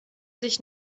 sich